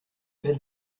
wenn